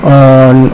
on